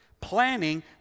Planning